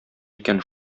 икән